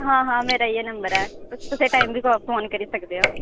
हां हां मेरा इ'यै नंबर ऐ तुस कुसै टाइम बी फोन करी सकदे ओ